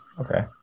Okay